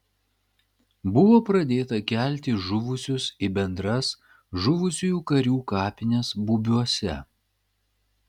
buvo pradėta kelti žuvusius į bendras žuvusiųjų karių kapines bubiuose